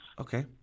Okay